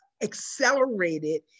accelerated